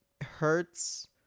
Hurts